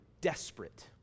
desperate